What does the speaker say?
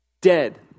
dead